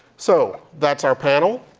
so that's our panel.